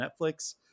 Netflix